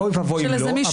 אוי ואבוי אם לא.